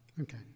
okay